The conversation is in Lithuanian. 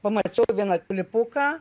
pamačiau vieną pilypuką